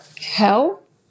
help